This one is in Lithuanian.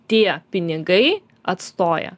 tie pinigai atstoja